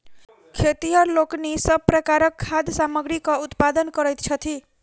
खेतिहर लोकनि सभ प्रकारक खाद्य सामग्रीक उत्पादन करैत छथि